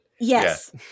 Yes